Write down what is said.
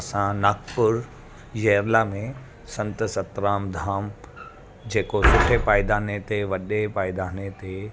असां नागपुर जैवला में संतसतराम धाम जेको सुठे पायदाने ते वॾे पायदाने ते